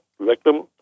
victim